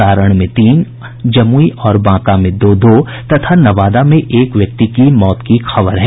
सारण में तीन जमुई और बांका में दो दो तथा नवादा में एक व्यक्ति की मौत की खबर है